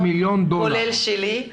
כולל שלי.